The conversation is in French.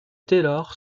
taylor